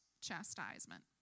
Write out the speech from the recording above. chastisement